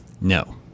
No